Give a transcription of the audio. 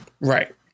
Right